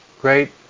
great